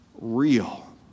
real